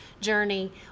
journey